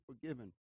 forgiven